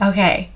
Okay